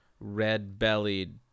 red-bellied